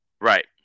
Right